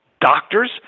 doctors